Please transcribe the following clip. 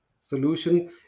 solution